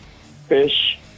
Fish